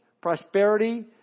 prosperity